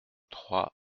trois